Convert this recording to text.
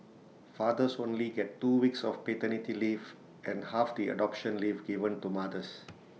fathers only get two weeks of paternity leave and half the adoption leave given to mothers